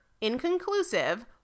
inconclusive